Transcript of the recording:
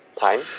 time